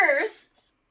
First